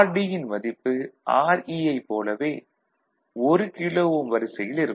rd யின் மதிப்பு Re ஐப் போலவே 1 கிலோ ஓம் வரிசையில் இருக்கும்